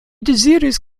deziris